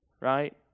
right